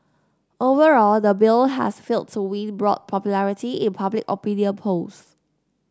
overall the bill has failed to win broad popularity in public opinion polls